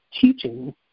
teaching